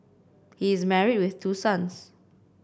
he is married with two sons